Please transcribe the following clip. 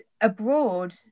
abroad